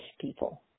people